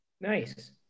nice